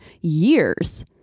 years